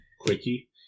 Quickie